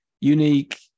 unique